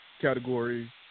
category